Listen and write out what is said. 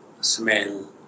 smell